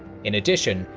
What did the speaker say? in addition,